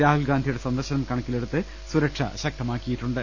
രാഹുൽ ഗാന്ധിയുടെ സന്ദർശനം കണക്കിലെടുത്ത് സുരക്ഷ ശ്ക്തമാക്കിയിട്ടുണ്ട്